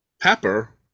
Pepper